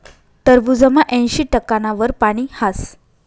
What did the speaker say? टरबूजमा ऐंशी टक्काना वर पानी हास